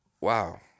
wow